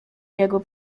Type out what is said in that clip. jego